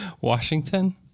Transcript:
Washington